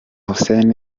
hussein